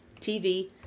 TV